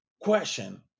question